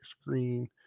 screen